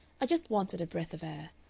i just wanted a breath of air.